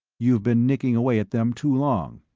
you've been nicking away at them too long.